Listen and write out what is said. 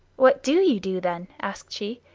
what do you do, then? asked she.